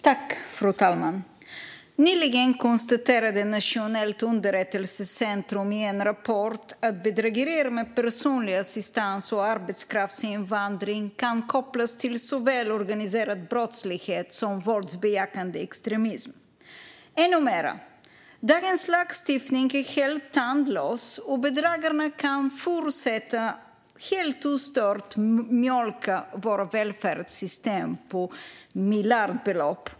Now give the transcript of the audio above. Fru talman! Nyligen konstaterade Nationellt underrättelsecentrum i en rapport att bedrägerier med personlig assistans och arbetskraftsinvandring kan kopplas till såväl organiserad brottslighet som våldsbejakande extremism. Dagens lagstiftning är helt tandlös, och bedragarna kan ostört fortsätta att mjölka vårt välfärdssystem på miljardbelopp.